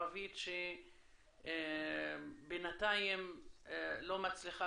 אבל גם בחברה הערבית שבינתיים לא מצליחה